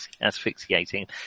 asphyxiating